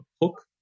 hook